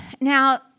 Now